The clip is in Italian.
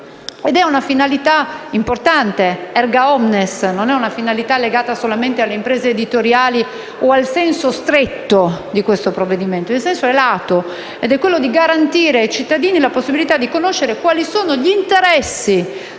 di una finalità importante ed *erga omnes*, non legata solamente alle imprese editoriali o al senso stretto del provvedimento in esame. Il senso è lato ed è quello di garantire ai cittadini la possibilità di conoscere quali sono gli interessi.